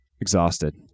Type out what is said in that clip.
exhausted